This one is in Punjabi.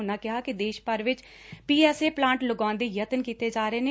ਉਨੂਾਂ ਕਿਹਾ ਕਿ ਦੇਸ਼ ਭਰ ਵਿਚ ਪੀ ਐਸ ਏ ਪਲਾਂਟ ਲਗਾਉਣ ਦੇ ਯਤਨ ਕੀਤੇ ਜਾ ਰਹੇ ਨੇ